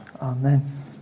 Amen